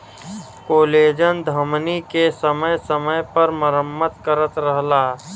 collagen धमनी के समय समय पर मरम्मत करत रहला